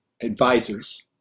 advisors